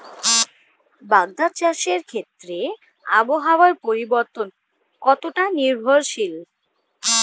বাগদা চাষের ক্ষেত্রে আবহাওয়ার পরিবর্তন কতটা নির্ভরশীল?